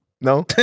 No